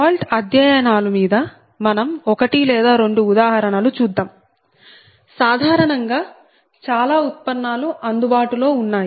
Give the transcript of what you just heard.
fault అధ్యయనాలు మీద మనం ఒకటి లేదా రెండు ఉదాహరణలు చూద్దాం సాధారణంగా చాలా ఉత్పన్నాలు అందుబాటులో ఉన్నాయి